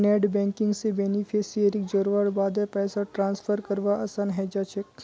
net banking स बेनिफिशियरीक जोड़वार बादे पैसा ट्रांसफर करवा असान है जाछेक